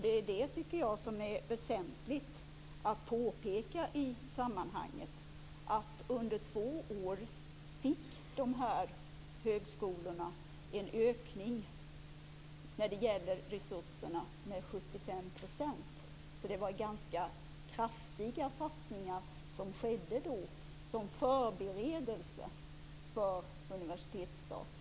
Det är det som jag tycker är väsentligt att påpeka i sammanhanget. Under två år fick de här högskolorna en ökning av resurserna med 75 %. Det var ganska kraftiga satsningar som då skedde som förberedelse för universitetsstatus.